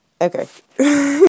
Okay